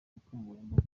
bukangurambaga